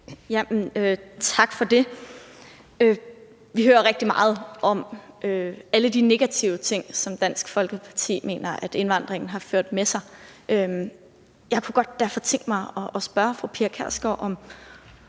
Tak for det. Vi hører rigtig meget om alle de negative ting, som Dansk Folkeparti mener indvandringen har ført med sig. Jeg kunne derfor godt tænke mig at spørge fru Pia Kjærsgaard, om